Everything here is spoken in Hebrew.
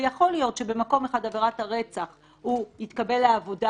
ויכול להיות שבמקום אחד הוא יתקבל לעבודה,